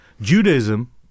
Judaism